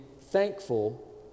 thankful